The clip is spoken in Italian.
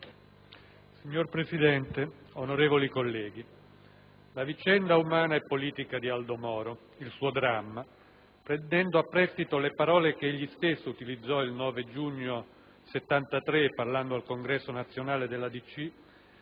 Signor Presidente, onorevoli colleghi, la vicenda umana e politica di Aldo Moro, il suo dramma, prendendo a prestito le parole che egli stesso utilizzò il 9 giugno 1973 parlando al Congresso nazionale della DC,